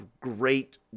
great